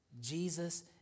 Jesus